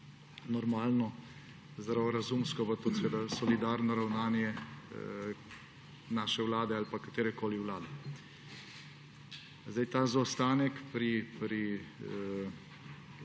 normalno, zdravorazumsko pa tudi solidarno ravnanje naše vlade ali pa katerekoli vlade. Odpravek